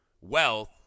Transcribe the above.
wealth